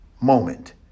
moment